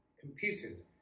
computers